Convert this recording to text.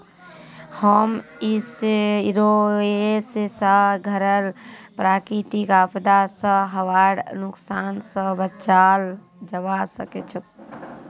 home insurance स घरक प्राकृतिक आपदा स हबार नुकसान स बचाल जबा सक छह